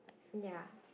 ya